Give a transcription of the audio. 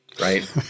right